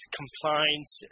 compliance